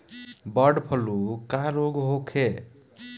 Bird flu का रोग होखे?